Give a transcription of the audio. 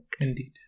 Indeed